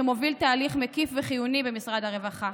שמוביל תהליך מקיף וחיוני במשרד הרווחה,